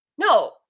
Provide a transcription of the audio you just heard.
No